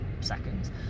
seconds